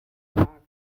tags